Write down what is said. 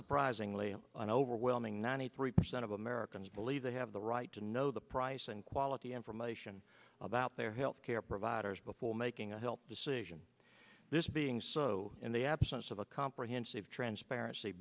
surprisingly an overwhelming ninety three percent of americans believe they have the right to know the price and quality information about their healthcare providers before making a help decision this being so in the absence of a comprehensive transparency